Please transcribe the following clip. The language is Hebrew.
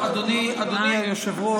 אדוני היושב-ראש,